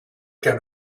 down